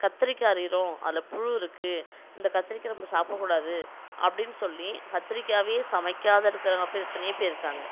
கத்திரிக்காய் அரிகிறோம் அதில் புழு இருக்குது இந்த கத்திரிக்காய் நம்ம சாப்பிட கூடாது அப்படின் சொல்லி கத்திரிக்காயே சமைக்காத இருக்கிற எத்தனையோ பேர் இருக்காங்க